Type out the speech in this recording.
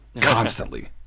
Constantly